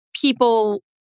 people